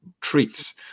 treats